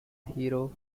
hero